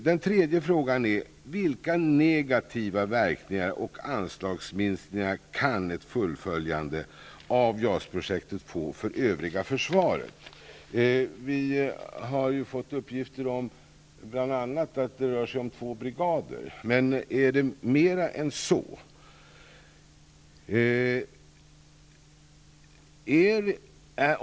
Den tredje frågan är: Vilka negativa verkningar och anslagsminskningar kan ett fullföljande av JAS-projektet få för övriga försvaret? Vi har ju bl.a. fått uppgifter om att det rör sig om två brigader. Men är det mer än så?